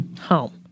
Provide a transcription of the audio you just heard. Home